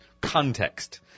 context